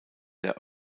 der